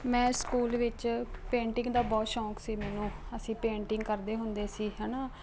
ਮੈਂ ਸਕੂਲ ਵਿੱਚ ਪੇਂਟਿੰਗ ਦਾ ਬਹੁਤ ਸ਼ੌਂਕ ਸੀ ਮੈਨੂੰ ਅਸੀਂ ਪੇਂਟਿੰਗ ਕਰਦੇ ਹੁੰਦੇ ਸੀ ਹੈ ਨਾ